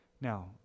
Now